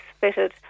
fitted